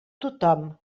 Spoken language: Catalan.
tothom